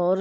اور